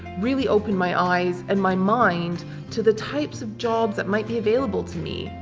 really opened my eyes and my mind to the types of jobs that might be available to me.